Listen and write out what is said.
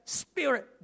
spirit